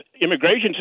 immigration